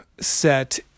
set